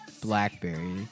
blackberry